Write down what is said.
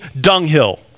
dunghill